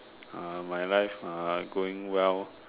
uh my life ah going well